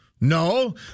No